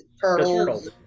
turtles